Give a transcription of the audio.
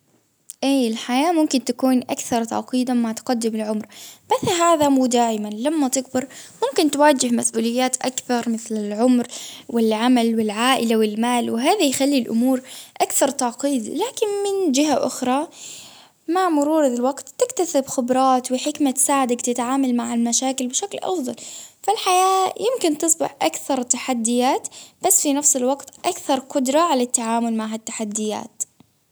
إي الحياة ممكن تكون أكثر تعقيدا مع تقدم العمر، بس هذا مو دائما لما تكبر ممكن تواجه مسؤوليات أكثر، مثل العمر والعمل، والعائلة ،والمال، وهذا يخلي الأمور أكثر تعقيد، لكن من جهة أخرى مع مرور الوقت تكتسب خبرات بحكمة تساعدك، تتعامل مع المشاكل بشكل أفضل، فالحياة يمكن تصبح أكثر تحديات، بس في نفس الوقت أكثر قدرة على التعامل مع هالتحديات.